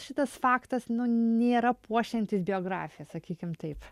šitas faktas nėra puošiantis biografiją sakykim taip